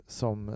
som